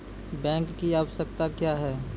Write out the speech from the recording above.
Bank की आवश्यकता क्या हैं?